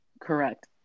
Correct